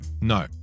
No